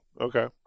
Okay